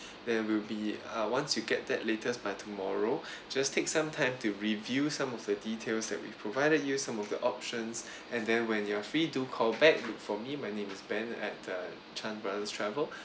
then will be uh once you get that latest by tomorrow just take some time to review some of the details that we provided you some of the options and then when you are free do call back look for me my name is ben at uh chan brothers travel